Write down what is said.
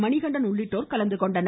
மணிகண்டன் உள்ளிட்டோர் கலந்துகொண்டனர்